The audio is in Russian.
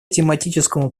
тематическому